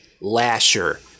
Lasher